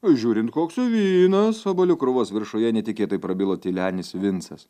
žiūrint koks vynas obuolių krūvos viršuje netikėtai prabilo tylenis vincas